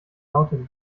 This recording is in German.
lautet